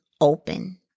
open